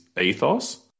ethos